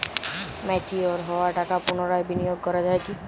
Mature হওয়া টাকা পুনরায় বিনিয়োগ করা য়ায় কি?